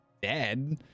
Dead